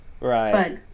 right